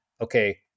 Okay